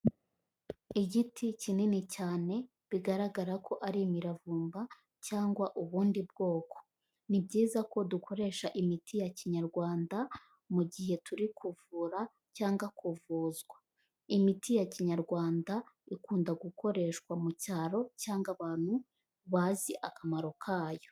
Igiti kinini cyane bigaragara ko ari imiravumba cyangwa ubundi bwoko. Ni byiza ko dukoresha imiti ya kinyarwanda mu gihe turi kuvura cyangwa kuvuzwa. Imiti ya kinyarwanda ikunda gukoreshwa mu cyaro cyangwa abantu bazi akamaro kayo.